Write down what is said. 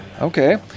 Okay